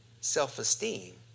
Self-esteem